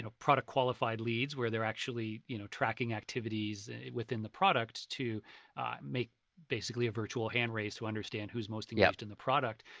ah product-qualified leads where they're actually you know tracking activities within the product to make basically a virtual hand raise to understand who's most engaged in the product.